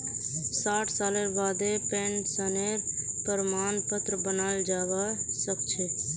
साठ सालेर बादें पेंशनेर प्रमाण पत्र बनाल जाबा सखछे